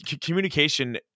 communication